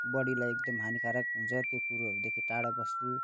बडीलाई एकदम हानिकारक हुन्छ त्यो कुरोहरूदेखि टाडा बस्छु